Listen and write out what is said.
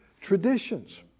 traditions